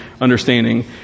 understanding